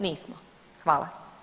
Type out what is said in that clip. Nismo, hvala.